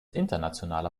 internationaler